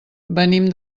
venim